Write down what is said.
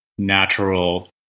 natural